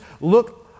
look